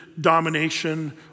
domination